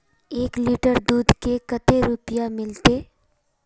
एक लीटर दूध के कते रुपया मिलते?